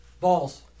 Balls